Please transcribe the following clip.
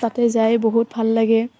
তাতে যায় বহুত ভাল লাগে